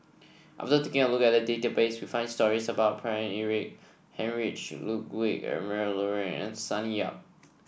after taking a look at the database we found stories about Paine Eric Heinrich Ludwig Emil Luering and Sonny Yap